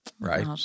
right